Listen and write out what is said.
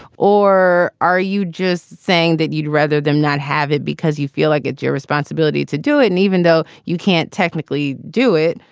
or are you just saying that you'd rather them not have it because you feel like it's your responsibility to do it and even though you can't technically do it,